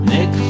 Nick